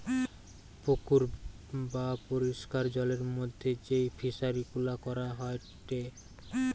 পুকুর বা পরিষ্কার জলের মধ্যে যেই ফিশারি গুলা করা হয়টে